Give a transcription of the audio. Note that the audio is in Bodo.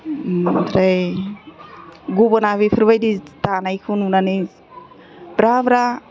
ओमफ्राय गुबुना बेफोरबायदि दानायखौ नुनानै ब्रा ब्रा